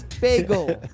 bagel